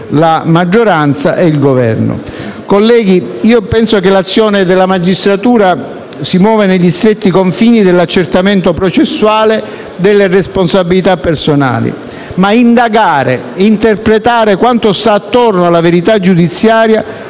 la maggioranza e il Governo. Colleghi, penso che l'azione della magistratura si muova nei ristretti confini dell'accertamento processuale delle responsabilità personali, ma indagare e interpretare quanto sta attorno alla verità giudiziaria